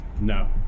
no